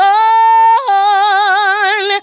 on